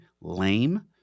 lame